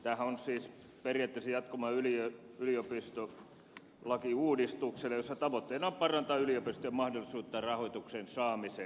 tämähän on siis periaatteessa jatkumo yliopistolakiuudistukselle jossa tavoitteena on parantaa yliopistojen mahdollisuutta rahoituksen saamiseen